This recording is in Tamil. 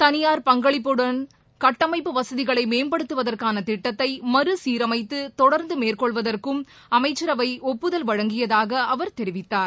தனியார் பங்களிப்புடன் கட்டமைப்பு வசதிகளைமேம்படுத்துவதற்கானதிட்டத்தைமறுசீரமைத்துதொடர்ந்துமேற்கொள்வதற்கும் அமைச்சரவைஒப்புதல் வழங்கியதாகஅவர் தெரிவித்தார்